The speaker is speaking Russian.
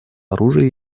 оружия